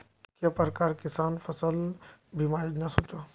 के प्रकार किसान फसल बीमा योजना सोचें?